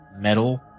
Metal